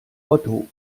otto